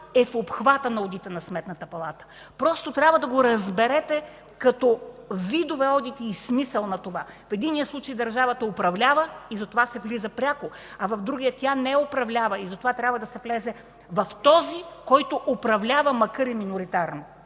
е в обхвата на одита на Сметната палата. Просто трябва да го разберете като видове одити и смисъл на това. В единия смисъл държавата управлява и затова се влиза пряко, а в другия случай държавата не управлява и затова трябва да се влезе в този, който управлява, макар и миноритарно,